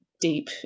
deep